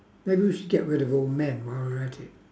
maybe we should get rid of all men while we're at it